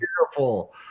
Beautiful